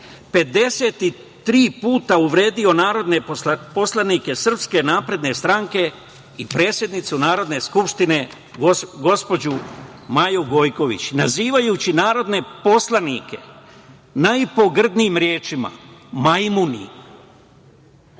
53 puta uvredio narodne poslanike SNS i predsednicu Narodne skupštine, gospođu Maju Gojković, nazivajući narodne poslanike najpogrdnijim rečima: majmuni,